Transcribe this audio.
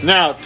Now